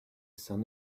sun